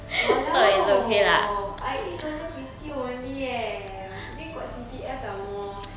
!walao! I eight dollar fifty only eh then got C_P_F some more